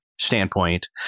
standpoint